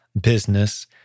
business